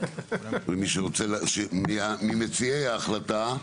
ומציעי ההחלטה,